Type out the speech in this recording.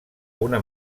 una